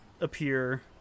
appear